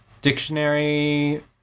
dictionary